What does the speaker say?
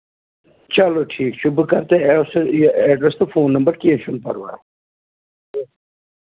چلو ٹھیٖک چھُ بہٕ کرٕ تۄہہِ یہِ سا یہِ ایڈرَس تہٕ فون نَمبر کیٚنٛہہ چھُنہٕ پَرواے